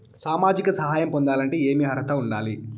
సామాజిక సహాయం పొందాలంటే ఏమి అర్హత ఉండాలి?